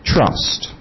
Trust